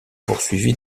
poursuivie